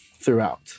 throughout